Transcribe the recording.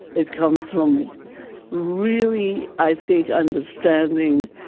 it comes from really, i think, understanding